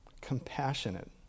compassionate